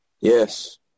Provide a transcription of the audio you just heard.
Yes